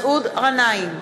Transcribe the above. מסעוד גנאים,